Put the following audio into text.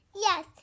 Yes